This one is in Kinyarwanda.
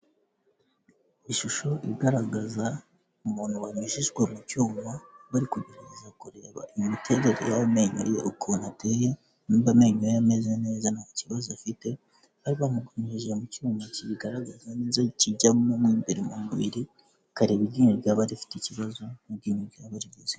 Ishusho igaragaza umuntu wanyujijwe mu cyuma bari kugerageza kureba imiterere y'amenyo ye ukuntu ateye, niba amenyo ye ameze neza nta kibazo afite. Bari bamunyujije mu cyuma kibigaragaza neza kijyamo imbere mu mubiri kikareba iryinyo ryaba rifite ikibazo n'iryinyo ryaba ari rizima.